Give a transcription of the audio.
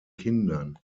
kindern